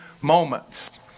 moments